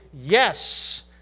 yes